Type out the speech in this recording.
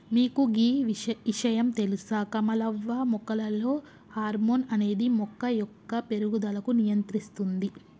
మీకు గీ ఇషయాం తెలుస కమలవ్వ మొక్కలలో హార్మోన్ అనేది మొక్క యొక్క పేరుగుదలకు నియంత్రిస్తుంది